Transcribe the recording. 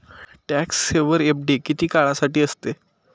Tax saver FD किती काळासाठी असते?